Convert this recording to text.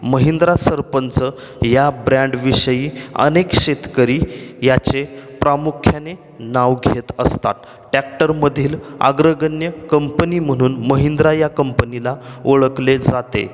महिंद्रा सरपंच या ब्रँडविषयी अनेक शेतकरी याचे प्रामुख्याने नाव घेत असतात टॅक्टरमधील अग्रगण्य कंपनी म्हणून महिंद्रा या कंपनीला ओळखले जाते